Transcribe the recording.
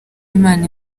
imana